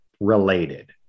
related